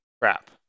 crap